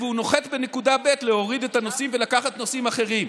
והוא נוחת בנקודה ב' להוריד את הנוסעים ולקחת נוסעים אחרים.